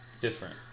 different